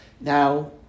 Now